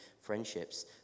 friendships